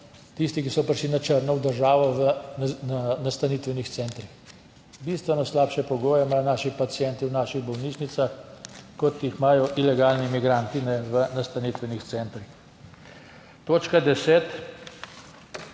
tisti, ki so prišli na črno v državo v nastanitvenih centrih. Bistveno slabše pogoje imajo naši pacienti v naših bolnišnicah, kot jih imajo ilegalni migranti v nastanitvenih centrih. Točka 10